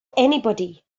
anybody